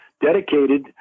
dedicated